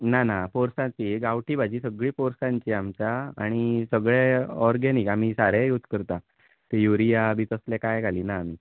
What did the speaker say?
ना ना पोरसानची ही गांवटी भाजी सगळी पोरसानची आमच्या आनी सगळें ऑरगॅनीक आमी सारें यूज करता ती युरिया बी तसलें कांय घालिना आमी